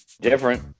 different